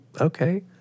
okay